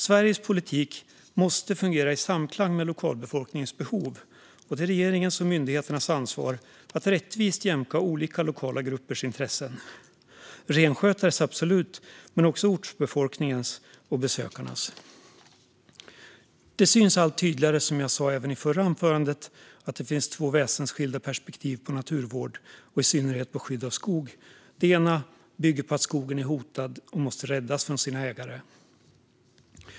Sveriges politik måste fungera i samklang med lokalbefolkningens behov, och det är regeringens och myndigheternas ansvar att rättvist jämka olika lokala gruppers intressen - renskötares, ja, absolut, men också ortsbefolkningens och besökarnas. Det syns allt tydligare, som jag sa även i det förra anförandet, att det finns två väsensskilda perspektiv på naturvård och i synnerhet på skydd av skog. Det ena perspektivet bygger på att skogen är hotad och måste räddas från sina ägare.